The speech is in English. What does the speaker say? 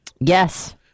Yes